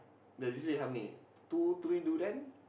then usually how many two three durian